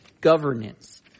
governance